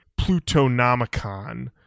plutonomicon